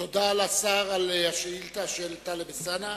תודה לשר על התשובה על השאילתא של טלב אלסאנע.